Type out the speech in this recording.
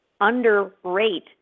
underrate